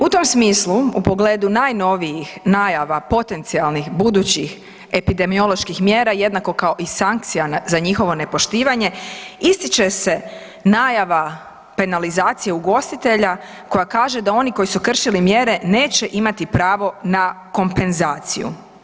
U tom smislu, o pogledu najnovijih najava potencijalnih budućih epidemioloških mjera, jednako kao i sankcija za njihovo nepoštivanje, ističe se najava penalizacije ugostitelja koja kaže da oni koji su kršili mjere, neće imati pravo na kompenzaciju.